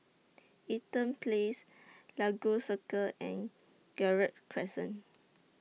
Eaton Place Lagos Circle and Gerald Crescent